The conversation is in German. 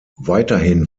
weiterhin